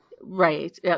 Right